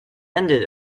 ended